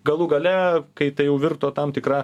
galų gale kai tai jau virto tam tikra